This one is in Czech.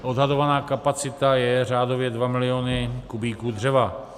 Odhadovaná kapacita je řádově 2 milionů kubíků dřeva.